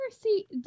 see